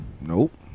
Nope